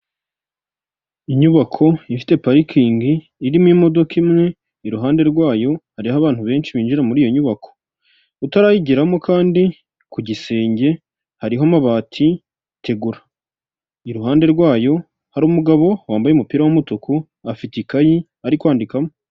Inyubako ifite parikingi irimo imodoka imwe, iruhande rwayo hariho abantu benshi binjira muri iyo nyubako, utarayigiramo kandi ku gisenge hariho amabati tegura, iruhande rwayo hari umugabo wambaye umupira w'umutuku afite ikayi ari kwandikamo.